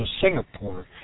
Singapore